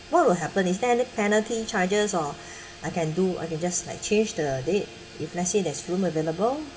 what will happen is there any penalty charges or I can do I can just like change the date if let's say there's room available